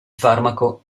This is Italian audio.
farmaco